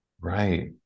right